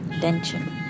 tension